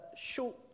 short